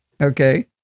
Okay